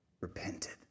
repented